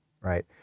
right